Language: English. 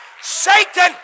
Satan